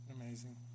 amazing